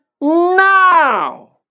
now